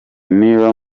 niba